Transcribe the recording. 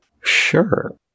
sure